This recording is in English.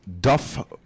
Duff